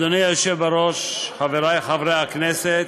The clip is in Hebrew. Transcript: אדוני היושב בראש, חברי חברי הכנסת,